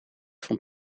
vond